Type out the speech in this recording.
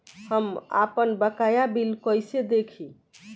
हम आपनबकाया बिल कइसे देखि?